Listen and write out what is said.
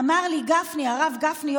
אמר לי הרב גפני,